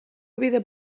vida